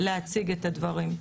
להציג את הדברים.